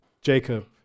Jacob